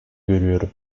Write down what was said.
görüyorum